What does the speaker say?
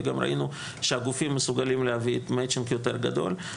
וגם ראינו שהגופים מסוגלים להביא מצ'ינג יותר גדול.